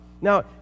Now